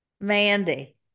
mandy